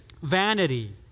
vanity